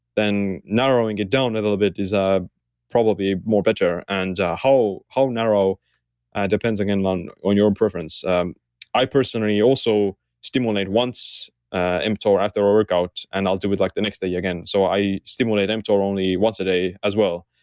then narrowing it down a little bit is ah probably more better. and how how narrow and depends again on on your and preference um i personally also stimulate once ah mtor after a workout and i'll do it like the next day again. so i stimulate mtor only once a day as well.